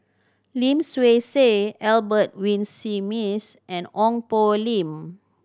Lim Swee Say Albert Winsemius and Ong Poh Lim